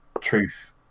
truth